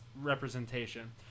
representation